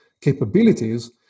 capabilities